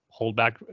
holdback